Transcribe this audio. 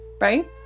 right